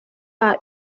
par